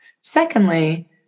Secondly